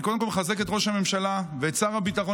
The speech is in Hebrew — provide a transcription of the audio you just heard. אני קודם כול מחזק את ראש הממשלה ואת שר הביטחון,